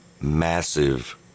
massive